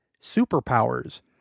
superpowers